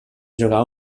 jugar